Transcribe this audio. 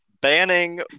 banning